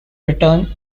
return